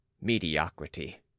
mediocrity